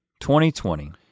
2020